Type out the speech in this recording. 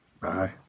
Bye